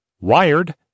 Wired